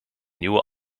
nieuwe